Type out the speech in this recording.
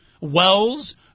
Wells